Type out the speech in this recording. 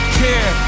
care